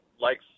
likes